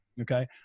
Okay